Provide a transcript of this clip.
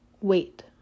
Wait